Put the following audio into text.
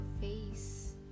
face